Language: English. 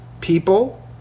people